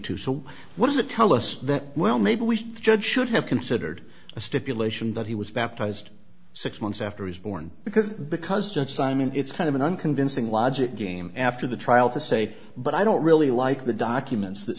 two so what does it tell us that well maybe we judge should have considered a stipulation that he was baptized six months after his born because because judge simon it's kind of an unconvincing logic game after the trial to say but i don't really like the documents that